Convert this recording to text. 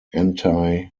anti